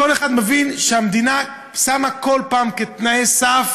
כל אחד מבין שהמדינה שמה כל פעם כתנאי סף